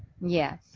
Yes